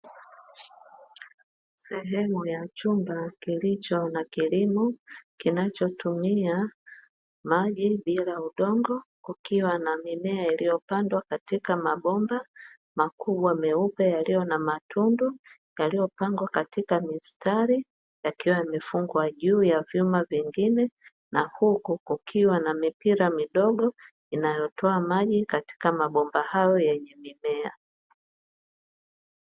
Sehemu ya chumba kilicho na kilimo kinachotumia maji bila udongo, kukiwa na mimea iliyopandwa katika mabomba makubwa meupe yaliyo na matundu, yaliyopangwa katika mistari yakiwa yamefungwa juu ya vyuma vingine, na huku kukiwa na mipira midogo inayotoa maji, katika mabomba hayo yenye mimea.